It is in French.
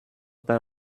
pas